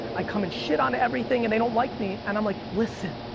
i come and shit on everything and they don't like me and i'm like listen,